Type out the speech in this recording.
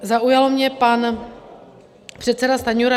Zaujal mě pan předseda Stanjura.